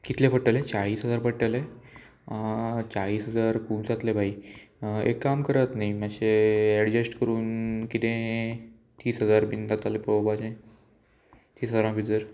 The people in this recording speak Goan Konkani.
कितले पडटले चाळीस हजार पडटले चाळीस हजार खूब जातले भाई एक काम करात न्ही मातशें एडजस्ट करून किदें तीस हजार बीन जातालें पळोवपाचें तीस हजारां भितर